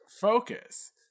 focus